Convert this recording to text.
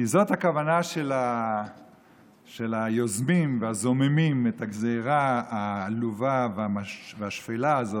כי זאת הכוונה של היוזמים והזוממים את הגזרה העלובה והשפלה הזאת,